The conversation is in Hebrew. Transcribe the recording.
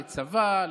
לצבא,